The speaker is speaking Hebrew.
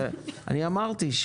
אני אמרתי,